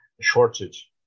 shortage